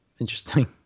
interesting